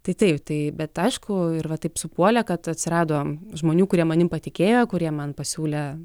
tai taip tai bet aišku ir va taip supuolė kad atsirado žmonių kurie manimi patikėjo kurie man pasiūlė